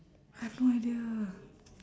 I have no idea